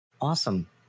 awesome